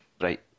Right